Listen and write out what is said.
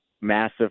massive